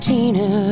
Tina